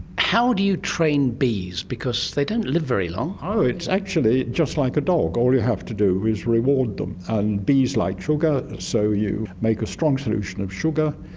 how do you train bees because they don't live very long. ah it's actually just like a dog. all you have to do is reward them. and bees like sugar, so you make a strong solution of sugar,